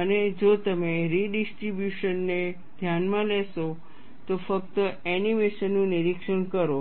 અને જો તમે રિડિસ્ટ્રિબ્યુશન ને ધ્યાનમાં લેશો તો ફક્ત એનિમેશન નું નિરીક્ષણ કરો